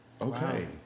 Okay